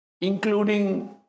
including